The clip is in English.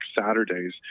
Saturdays